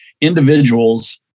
individuals